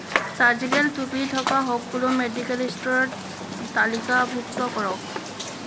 surgical টুপী থকা সকলো মেডিকেল ষ্ট'ৰ তালিকাভুক্ত কৰক